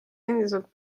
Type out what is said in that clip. endiselt